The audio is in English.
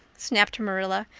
snapped marilla.